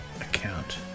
account